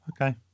okay